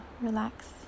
relax